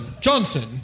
Johnson